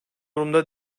durumda